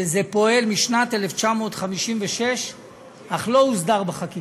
שזה פועל משנת 1956 אך לא הוסדר בחקיקה.